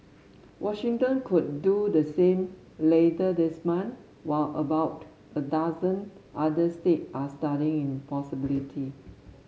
Washington could do the same later this month while about a dozen other state are studying possibility